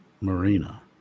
Marina